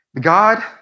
God